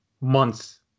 months